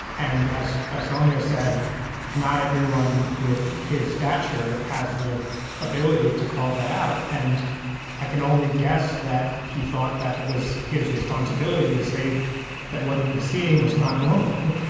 and as ah sonia said not everyone with his stature has the ability to call that out. and i can only guess that he thought that it was his responsibility to say that what he was seeing was not normal.